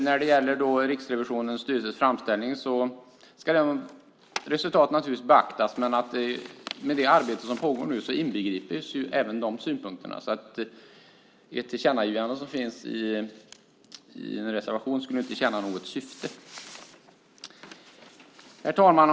Vad gäller Riksrevisionens styrelses framställning ska resultaten naturligtvis beaktas, och med det arbete som nu pågår inbegrips även de synpunkterna. Ett tillkännagivande i en reservation skulle därför inte tjäna något syfte. Herr talman!